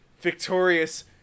victorious